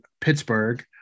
pittsburgh